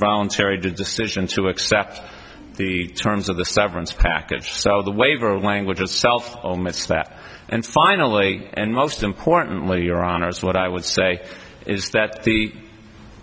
voluntary decision to accept the terms of the severance package so the waiver language itself omits that and finally and most importantly your honor is what i would say is that the